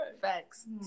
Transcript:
thanks